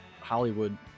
Hollywood